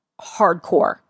hardcore